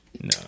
No